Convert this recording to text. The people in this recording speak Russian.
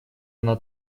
она